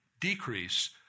decrease